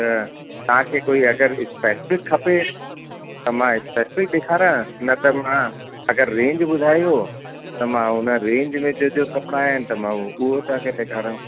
त तव्हांखे कोई अगरि स्पेसिफ़िक खपे त मां स्पेसिफ़िक ॾेखारिया न त मां अगरि रेंज ॿुधायो त मां उन रेंज में जंहिंजो कपिड़ा आहिनि त मां उहो ॾेखारियांव